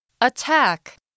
attack